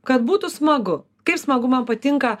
kad būtų smagu kaip smagu man patinka